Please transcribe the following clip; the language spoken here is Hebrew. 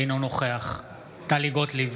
אינו נוכח טלי גוטליב,